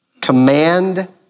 Command